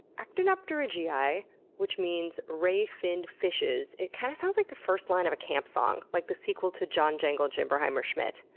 actinopterygii, which means ray-finned fishes. it kind of sounds like the first line of a camp song, like the sequel to john jacob jingleheimer schmidt,